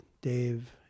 Dave